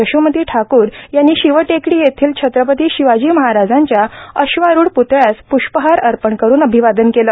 यशोमती ठाकूर यांनी शिवटेकडी येथील छत्रपती शिवाजी महाराजांच्या अश्वारुढ पृतळ्यास पृष्पहार अर्पण करुन अभिवादन केले